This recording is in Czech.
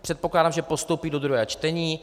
Předpokládám, že postoupí do druhého čtení.